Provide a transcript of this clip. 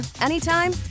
anytime